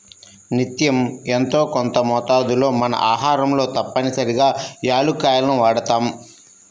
నిత్యం యెంతో కొంత మోతాదులో మన ఆహారంలో తప్పనిసరిగా యాలుక్కాయాలను వాడతాం